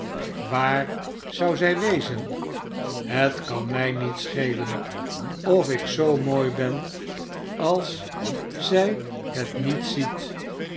waar zou zij wezen het kan mij niet schelen ofikzoo mooi ben als zij het niet ziet